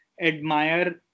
admire